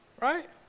right